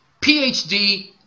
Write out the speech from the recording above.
PhD